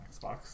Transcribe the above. Xbox